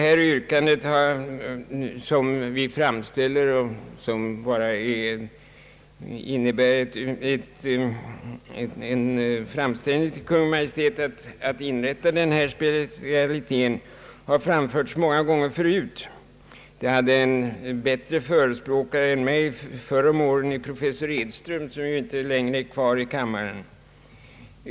Vårt yrkande, som bara innebär en framställning till Kungl. Maj:t om att denna specialitet måtte inrättas, har framförts många gånger tidigare. Det hade bättre förespråkare än i mig förr om åren i professor Edström, som tyvärr inte är kvar längre i kammaren.